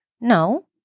No